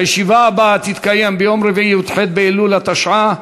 הישיבה הבאה תתקיים ביום רביעי, י"ח באלול התשע"ה,